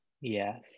Yes